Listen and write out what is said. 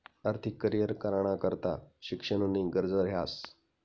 आर्थिक करीयर कराना करता शिक्षणनी गरज ह्रास